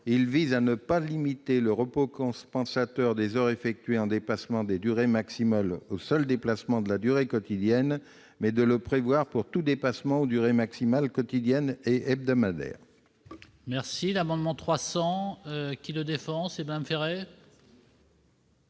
qui vise à ne pas limiter le repos compensateur des heures effectuées en dépassement des durées maximales au seul dépassement de la durée quotidienne, mais de le prévoir pour tout dépassement des durées maximales quotidienne et hebdomadaire. L'amendement n° 300, présenté par Mme Féret,